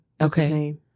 okay